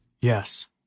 Yes